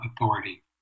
authority